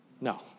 No